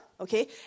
okay